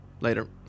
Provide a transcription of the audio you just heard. Later